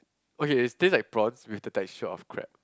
okay is taste like prawns with the textile of crab